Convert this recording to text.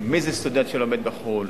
מי זה סטודנט שלומד בחו"ל,